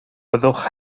byddwch